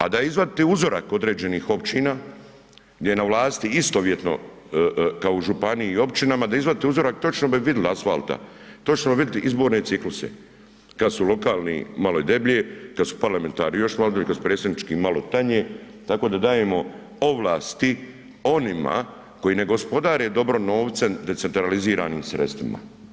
A da izvadite uzorak određenih općina gdje je na vlasti istovjetno kao u županiji i općinama, da izvadite uzorak točno bi vidli asfalta, točno bi vidli izborne cikluse, kad su lokalni malo je deblje, kad su parlamentarni još malo deblje, kad su predsjednički malo tanje tako da dajemo ovlasti onima koji ne gospodare dobro novcem decentraliziranim sredstvima.